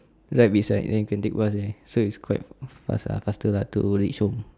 right beside then you can take bus there so is quite fast ah faster lah to reach home